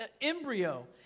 embryo